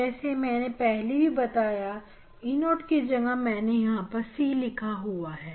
जैसे मैंने पहले भी बताया कि E0 की जगह मैंने C लिखा हुआ है